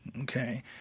Okay